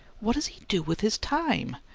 what does he do with his time?